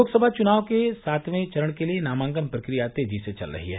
लोकसभा चुनाव के सातवें चरण के लिये नामांकन प्रक्रिया तेजी से चल रही है